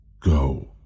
Go